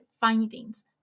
findings